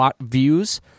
views